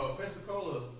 Pensacola